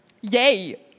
Yay